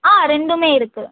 ஆ ரெண்டுமே இருக்குது